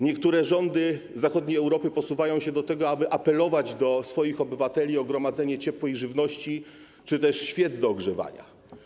Niektóre rządy zachodniej Europy posuwają się do tego, że apelują do swoich obywateli o gromadzenie ciepłej żywności czy też świec do ogrzewania.